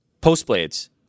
Post-blades